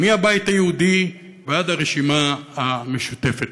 מהבית היהודי ועד הרשימה המשותפת.